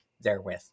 therewith